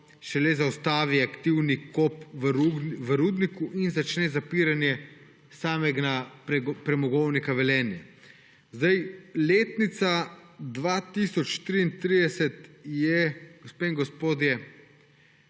šele zaustavi aktivni kop v rudniku in začne zapiranje samega Premogovnika Velenje. Letnica 2033 je, gospe